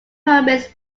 burmese